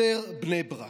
חירום,